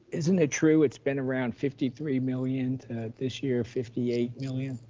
isn't it true it's been around fifty three million to this year, fifty eight million?